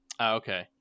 Okay